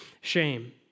shame